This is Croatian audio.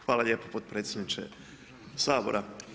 Hvala lijepo podpredsjedniče Sabora.